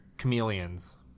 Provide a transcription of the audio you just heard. Chameleons